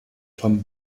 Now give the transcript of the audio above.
tom